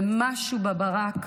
ומשהו בברק,